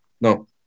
No